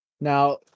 now